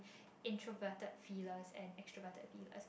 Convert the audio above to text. introverted pillars and extroverted pillars